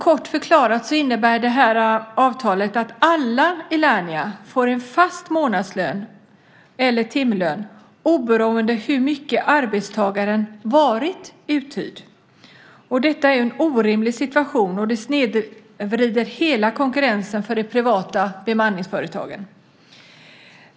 Kort förklarat så innebär avtalet att alla i Lernia får en fast månadslön eller timlön oberoende av hur mycket arbetstagaren varit uthyrd. Detta är en orimlig situation och snedvrider hela konkurrensen för de privata bemanningsföretagen.